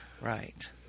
Right